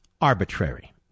arbitrary